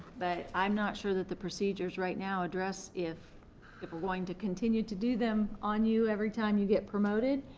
but i'm not sure that the procedures right now address if if we're going to continue to do them on you every time you get promoted,